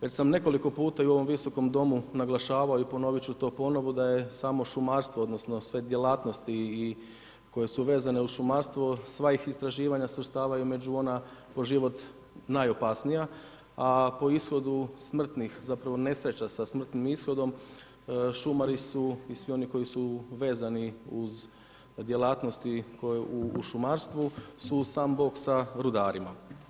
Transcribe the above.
Već sam nekoliko puta i ovom Visokom domu naglašavao i ponovit ću to ponovno da je samo šumarstvo odnosno sve djelatnosti koje su vezane uz šumarstvo, sva ih istraživanja svrstavaju među ona po život najopasnija, a po ishodu smrtnih zapravo nesreća sa smrtnim ishodom, šumari su i svi oni koji su vezani uz djelatnosti u šumarstvu su sam … sa rudarima.